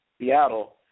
Seattle